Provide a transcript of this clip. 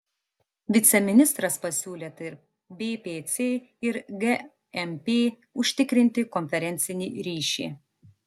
viceministras pasiūlė tarp bpc ir gmp užtikrinti konferencinį ryšį